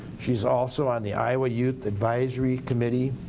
she's also on the iowa youth advisory committee.